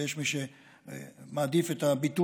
ויש מי שמעדיף את הביטוי,